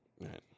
Right